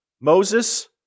Moses